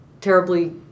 terribly